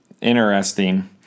interesting